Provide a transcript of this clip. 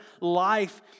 life